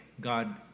God